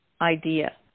idea